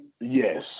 yes